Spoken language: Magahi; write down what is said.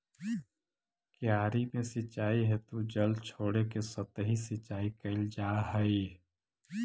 क्यारी में सिंचाई हेतु जल छोड़के सतही सिंचाई कैल जा हइ